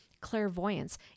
clairvoyance